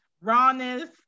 rawness